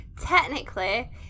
technically